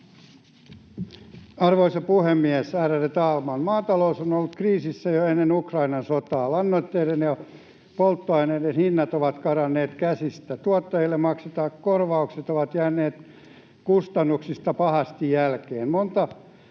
Arvoisa puhemies, ärade talman! Maatalous on ollut kriisissä jo ennen Ukrainan sotaa. Lannoitteiden ja polttoaineiden hinnat ovat karanneet käsistä. Tuottajille maksettavat korvaukset ovat jääneet kustannuksista pahasti jälkeen.